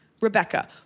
Rebecca